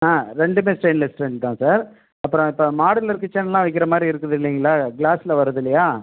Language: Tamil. ஆ ரெண்டுமே ஸ்டெயின்லெஸ் ஸ்டீல் தான் சார் அப்பறம் இப்போ மாடுலர் கிச்சன்லாம் வைக்கிறமாரி இருக்குது இல்லைங்களா க்ளாஸ்ல வருது இல்லையா